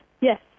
Yes